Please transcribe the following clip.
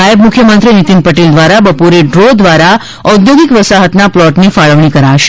નાયબ મુખ્યમંત્રી નિતીન પટેલ દ્વારા બપોરે ડ્રો દ્વારા ઓદ્યોગિક વસાહતના પ્લોટની ફાળવણી કરાશે